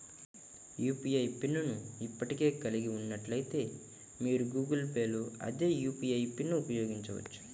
UPI pin ను ఇప్పటికే కలిగి ఉన్నట్లయితే, మీరు గూగుల్ పే లో అదే యూ.పీ.ఐ పిన్ను ఉపయోగించవచ్చు